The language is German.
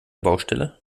baustelle